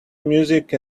music